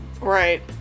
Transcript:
right